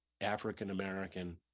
african-american